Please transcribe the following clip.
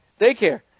daycare